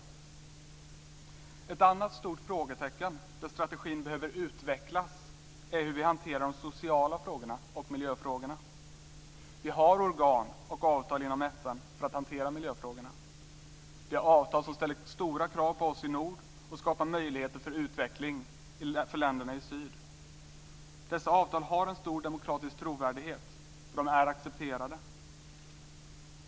Det finns ett annat stort frågetecken när det gäller hur vi hanterar de sociala frågorna och miljöfrågorna. I det avseendet behöver strategin utvecklas. Vi har organ och avtal inom FN för att hantera miljöfrågorna. Det är avtal som ställer höga krav på oss i nord och skapar möjligheter för utveckling för länderna i syd. Dessa avtal har en stor demokratisk trovärdighet, och de är accepterade.